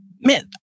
man